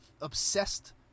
obsessed